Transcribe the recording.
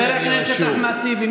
חבר הכנסת אחמד טיבי,